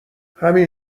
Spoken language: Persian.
همین